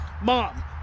mom